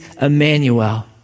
Emmanuel